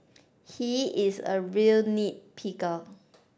he is a real nit picker